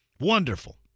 Wonderful